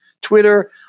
Twitter